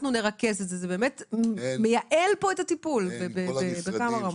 זה מייעל את הטיפול בכמה רמות.